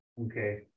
okay